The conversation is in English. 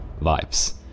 vibes